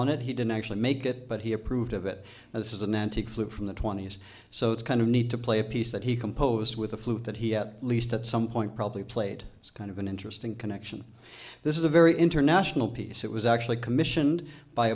on it he didn't actually make it but he approved of it as an antique flew from the twenty's so it's kind of need to play a piece that he composed with a flute that he had at least at some point probably played it's kind of an interesting connection this is a very international piece it was actually commissioned by